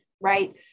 right